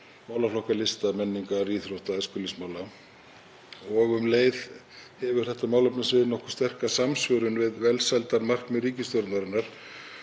málaflokka lista, menningar, íþrótta og æskulýðsmála. Um leið hefur þetta málefnasvið nokkuð sterka samsvörun við velsældarmarkmið ríkisstjórnarinnar.